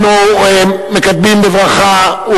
אנו מקדמים בברכה,